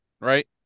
right